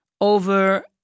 over